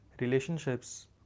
Relationships